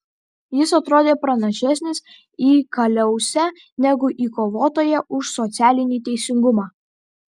jis atrodė panašesnis į kaliausę negu į kovotoją už socialinį teisingumą